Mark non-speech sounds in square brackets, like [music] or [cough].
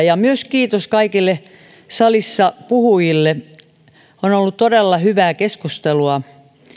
[unintelligible] ja myös kiitos kaikille salissa puhujille on ollut todella hyvää keskustelua